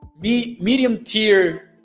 medium-tier